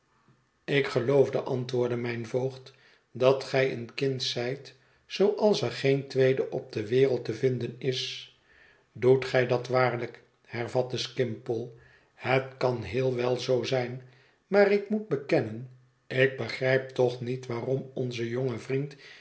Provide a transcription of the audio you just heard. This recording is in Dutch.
ik geloof antwoordde mijn voogd dat gij een kind zijt zooals er geen tweede op de wereld te vinden is doet gij dat waarlijk hervatte skimpole het kan heel wel zoo zijn maar ik moet bekennen ik begrijp toch niet waarom onze jonge vriend